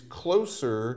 closer